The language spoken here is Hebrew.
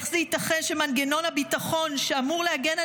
איך זה ייתכן שמנגנון הביטחון שאמור להגן על